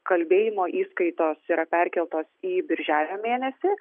kalbėjimo įskaitos yra perkeltos į birželio mėnesį